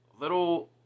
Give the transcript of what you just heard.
little